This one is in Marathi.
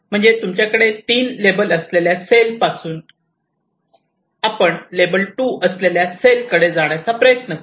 म्हणजे तुमच्याकडे 3 लेबल असलेल्या सेल पासून आपण 2 लेबल असलेल्या सेलकडे जाण्याचा प्रयत्न करू